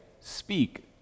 Speak